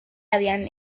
habían